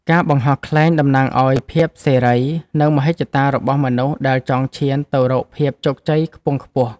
ការបង្ហោះខ្លែងតំណាងឱ្យភាពសេរី និងមហិច្ឆតារបស់មនុស្សដែលចង់ឈានទៅរកភាពជោគជ័យខ្ពង់ខ្ពស់។